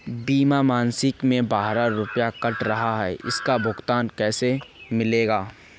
बीमा मासिक में बारह रुपय काट रहा है इसका भुगतान कैसे मिलेगा?